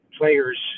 players